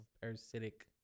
parasitic